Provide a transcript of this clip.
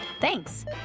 Thanks